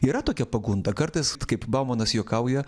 yra tokia pagunda kartais kaip baumanas juokauja